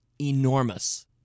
enormous